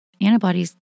Antibodies